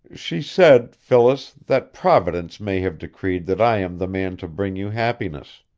she said, phyllis, that providence may have decreed that i am the man to bring you happiness.